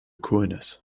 coolness